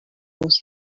was